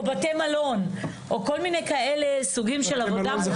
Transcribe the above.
או בתי מלון, או כל מיני סוגים של עבודה.